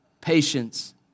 patience